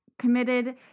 committed